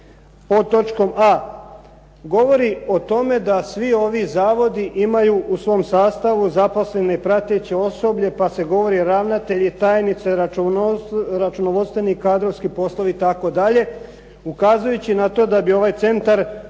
pod točkom a govori o tome da svi ovi zavodi imaju u svom sastavu zaposlene prateće osoblje, pa se govori ravnatelji, tajnice, računovodstveni i kadrovski poslovi i tako dalje ukazujući na to da bi ovaj centar